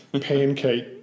pancake